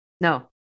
No